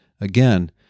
Again